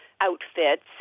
outfits